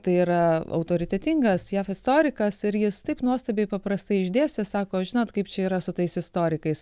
tai yra autoritetingas jav istorikas ir jis taip nuostabiai paprastai išdėstė sako žinot kaip čia yra su tais istorikais